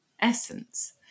essence